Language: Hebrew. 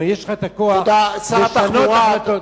אם יש לך הכוח לשנות החלטות,